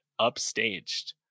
upstaged